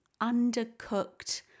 undercooked